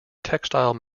textile